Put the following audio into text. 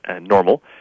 normal